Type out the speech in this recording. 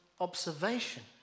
observation